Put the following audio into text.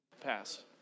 pass